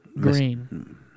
Green